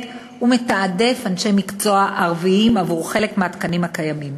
ומתעדף אנשי מקצוע ערבים לחלק מהתקנים הקיימים.